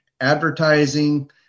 Advertising